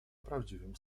prawdziwym